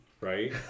Right